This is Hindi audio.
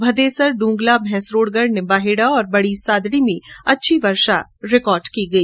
भदेसर डूंगला भैंसरोडगढ निम्बाहेडा और बडी सादडी में अच्छी वर्षा दर्ज की गई